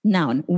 Noun